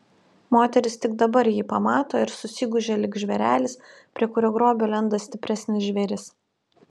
moteris tik dabar jį pamato ir susigūžia lyg žvėrelis prie kurio grobio lenda stipresnis žvėris